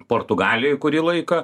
portugalijoj kurį laiką